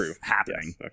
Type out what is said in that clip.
happening